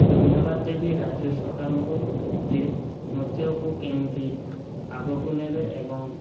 ଧନ୍ୟବାଦ ଦେବି ରାଜ୍ୟ ସରକାରଙ୍କୁ ଯେ ନୃତ୍ୟକୁ କେମିତି ଆଗକୁ ନେବେ ଏବଂ